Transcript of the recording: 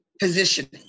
positioning